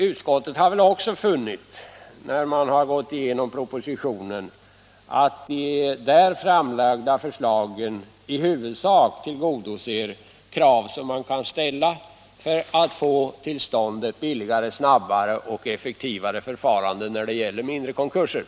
Utskottet har också Tisdagen den funnit att de i propositionen framlagda förslagen i huvudsak tillgodoser 14 december 1976 de krav som man kan ställa för att få till stånd ett billigare, snabbare och effektivare förfarande när det gäller mindre konkurser.